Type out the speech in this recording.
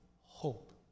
hope